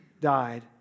died